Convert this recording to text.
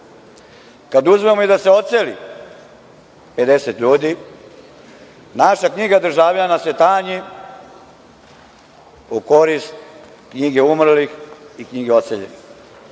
Kada uzmemo i da se odseli 50 ljudi, naša knjiga državljana se tanji u korist knjige umrlih i knjige odseljenih.